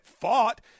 fought